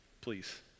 please